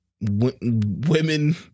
women